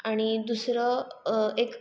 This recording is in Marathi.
आणि दुसरं एक